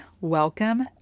welcome